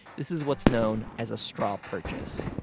this is what's known as a straw purchase.